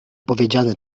powiedziane